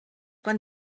quan